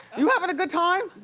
you having a good time?